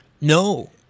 No